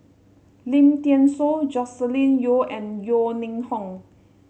Lim Thean Soo Joscelin Yeo and Yeo Ning Hong